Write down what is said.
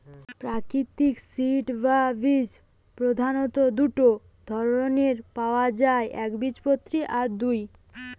প্রাকৃতিক সিড বা বীজ প্রধাণত দুটো ধরণের পায়া যায় একবীজপত্রী আর দুই